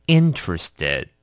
interested